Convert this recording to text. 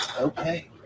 Okay